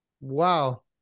Wow